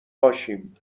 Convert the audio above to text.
باشیم